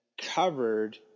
covered